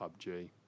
PUBG